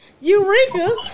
Eureka